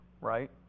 right